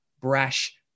brash